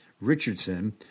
Richardson